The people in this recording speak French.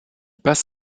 passe